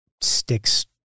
sticks